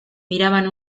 miraban